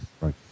Right